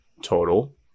total